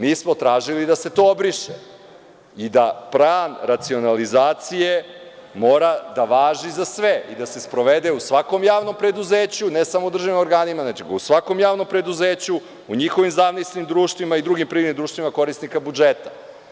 Mi smo tražili da se to obriše i plan racionalizacije mora da važi za sve i da se sprovede u svakom javnom preduzeću, ne samo u državnim organima, nego u svakom javnom preduzeću, njihovih zavisnim društvima i drugim privrednim društvima, korisnika budžeta.